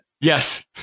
Yes